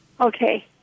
Okay